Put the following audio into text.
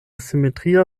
simetria